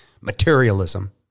materialism